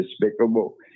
despicable